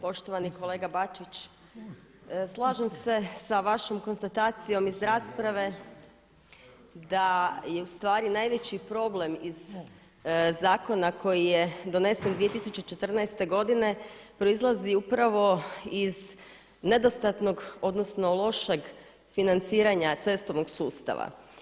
Poštovani kolega Bačić, slažem se sa vašom konstatacijom iz rasprave da je u stvari najveći problem iz zakona koji je donesen 2014. godine proizlazi upravo iz nedostatnog, odnosno lošeg financiranja cestovnog sustava.